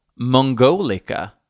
Mongolica